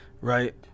right